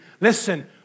Listen